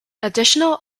additional